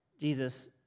Jesus